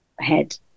head